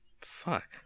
Fuck